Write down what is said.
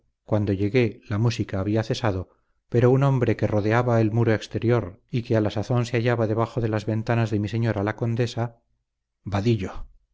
cuando llegué la música había cesado pero un hombre que rodeaba el muro exterior y que a la sazón se hallaba debajo de las ventanas de mi señora la condesa vadillo